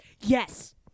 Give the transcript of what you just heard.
Yes